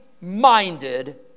minded